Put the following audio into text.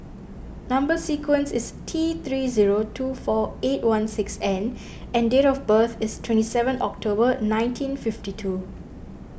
Number Sequence is T three zero two four eight one six N and date of birth is twenty seven October nineteen fifty two